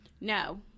No